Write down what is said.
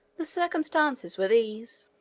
the circumstances were these